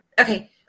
Okay